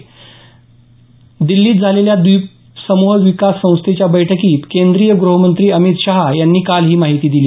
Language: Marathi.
नवी दिल्लीत झालेल्या द्वीपसमूह विकास संस्थेच्या बैठकीत केंद्रीय ग्रहमंत्री अमित शाह यांनी काल ही माहिती दिली